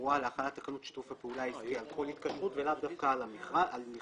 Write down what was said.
ברורה להכנת תקנות שיתופי פעולה על כל התקשרות ולאו דווקא על מכרז.